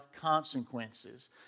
consequences